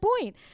point